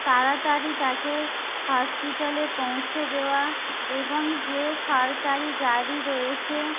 তাড়াতাড়ি তাকে হসপিটালে পৌঁছে দেওয়া এবং যে সরকারি গাড়ি রয়েছে